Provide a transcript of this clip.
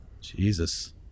Jesus